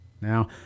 Now